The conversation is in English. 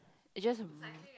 I just w~